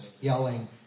yelling